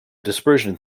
dispersion